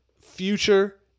future